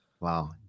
wow